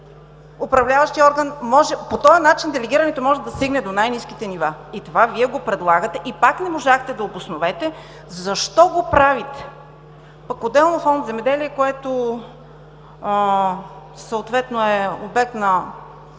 правомощията. По този начин делегирането може да стигне до най-ниските нива и това Вие го предлагате, и пак не можахте да обосновете защо го правите. Отделно Фонд „Земеделие“, което съответно е обект на